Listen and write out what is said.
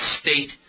state